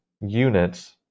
units